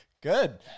Good